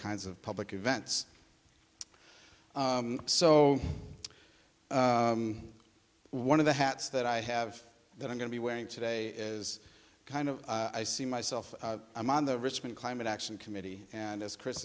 kinds of public events so one of the hats that i have that i'm going to be wearing today is kind of i see myself i'm on the richmond climate action committee and as chris